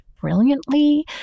brilliantly